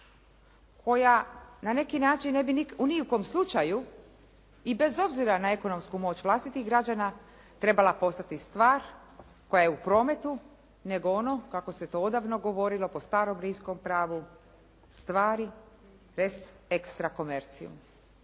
koja na neki način ne bi ni u kojem slučaju i bez obzira na ekonomsku moć vlastitih građana trebala postati stvar koja je u prometu nego ono kako se to odavno govorilo po starom rimskom pravu stvari bez ekstra komercijum.